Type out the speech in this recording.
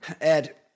Ed